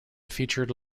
featured